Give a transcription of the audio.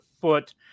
foot